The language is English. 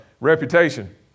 reputation